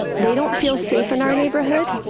they don't feel safe in our neighborhood,